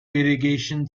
irrigation